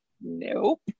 nope